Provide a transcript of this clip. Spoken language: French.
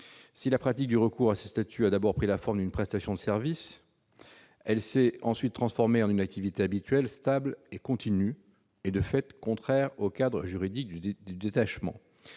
Si la pratique du recours à ce statut a d'abord pris la forme d'une prestation de service, elle s'est ensuite transformée en une activité habituelle, stable et continue, et, de fait, contraire au cadre juridique du détachement.